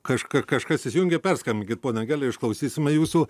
kaž kažkas išsijungė perskambinkit ponia angele išklausysime jūsų